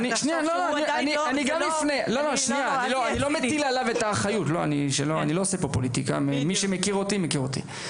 אני לא עושה פה פוליטיקה ומי שמכיר אותי יודע את זה.